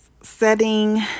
setting